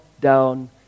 down